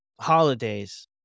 holidays